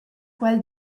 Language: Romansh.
quel